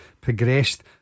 progressed